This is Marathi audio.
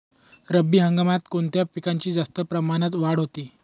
रब्बी हंगामात कोणत्या पिकांची जास्त प्रमाणात वाढ होते?